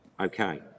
Okay